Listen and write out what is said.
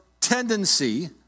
tendency